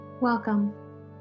Welcome